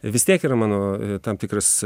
vis tiek yra mano tam tikras